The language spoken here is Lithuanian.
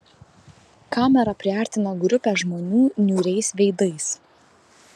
kamera priartino grupę žmonių niūriais veidais